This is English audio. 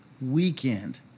weekend